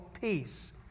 peace